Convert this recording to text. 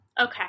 Okay